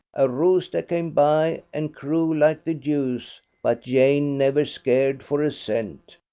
a rooster came by and crew like the deuce but jane never scared for a cent.